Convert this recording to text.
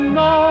no